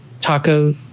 taco